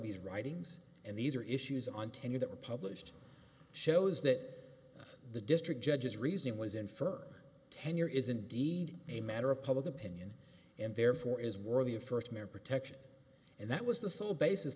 these writings and these are issues on tenure that were published shows that the district judge's reasoning was inferred tenure is indeed a matter of public opinion and therefore is worthy of first mere protection and that was the sole basis